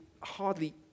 hardly